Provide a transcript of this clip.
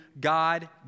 God